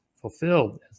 fulfilled